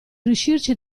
riuscirci